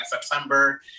September